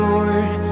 Lord